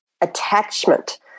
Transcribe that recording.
attachment